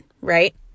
right